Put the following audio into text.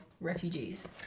refugees